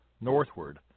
northward